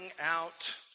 out